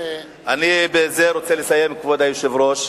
בזה אני רוצה לסיים, כבוד היושב-ראש,